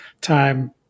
time